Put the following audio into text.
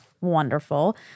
wonderful